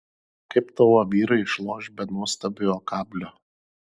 kaip tavo vyrai išloš be nuostabiojo kablio